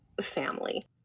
family